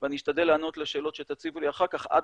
ואני אשתדל לענות לשאלות שתציגו לי אחר כך עד